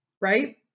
right